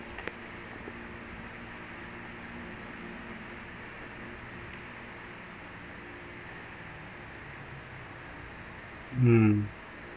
mm